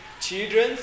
children